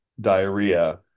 diarrhea